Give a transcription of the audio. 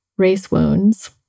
racewounds